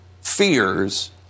fears